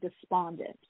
despondent